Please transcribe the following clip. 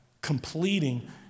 completing